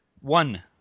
One